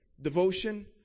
devotion